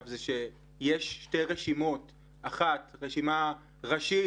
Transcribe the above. זה שיש שתי רשימות רשימה אחת ראשית,